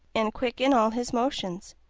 and quick in all his motions.